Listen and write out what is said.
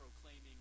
proclaiming